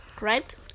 right